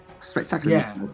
Spectacular